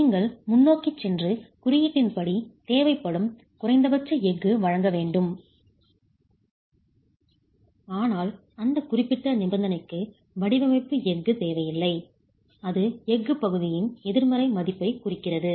நீங்கள் முன்னோக்கிச் சென்று குறியீட்டின்படி தேவைப்படும் குறைந்தபட்ச எஃகு வழங்க வேண்டும் ஆனால் அந்த குறிப்பிட்ட நிபந்தனைக்கு வடிவமைப்பு எஃகு தேவையில்லை அது எஃகு பகுதியின் எதிர்மறை மதிப்பைக் குறிக்கிறது